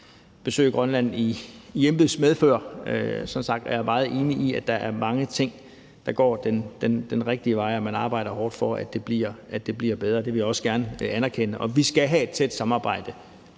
besøge Grønland i embeds medfør, og som sagt er jeg meget enig i, at der er mange ting, der går den rigtige vej, og at man arbejder hårdt for, at det bliver bedre. Det vil jeg også gerne anerkende, og vi skal have et tæt samarbejde.